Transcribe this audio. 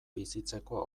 bizitzeko